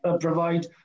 provide